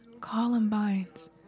columbines